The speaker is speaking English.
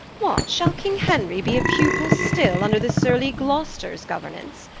what, shall king henry be a pupill still, vnder the surly glosters gouernance?